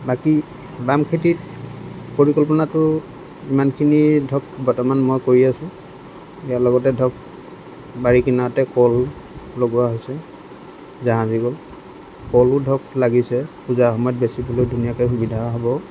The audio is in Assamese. বাকী বামখেতিত পৰিকল্পনাটো ইমানখিনি ধৰক বৰ্তমান মই কৰি আছোঁ এতিয়া লগতে ধৰক বাৰী কিনাৰতে কল লগোৱা হৈছে জাহাজী কল কলো ধৰক লাগিছে পূজাৰ সময়ত বেছিবলৈ ধুনীয়াকৈ সুবিধা হ'ব